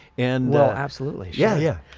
and absolutely, yeah yeah,